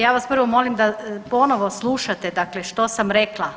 Ja vas prvo molim da ponovo slušate dakle što sam rekla.